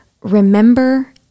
remember